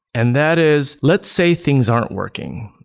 and that is let's say things aren't working.